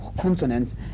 consonants